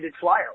flyer